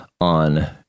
on